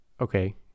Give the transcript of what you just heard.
okay